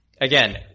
again